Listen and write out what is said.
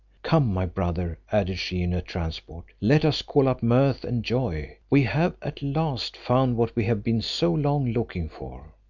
come, my brother, added she in a transport, let us call up mirth and joy we have at last found what we have been so long looking for.